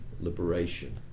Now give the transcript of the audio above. liberation